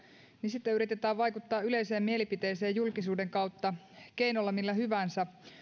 niin sitten yritetään vaikuttaa yleiseen mielipiteeseen julkisuuden kautta keinolla millä hyvänsä